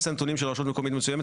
את הנתונים של רשות מקומית מסוימת,